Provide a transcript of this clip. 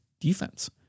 defense